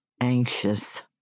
anxious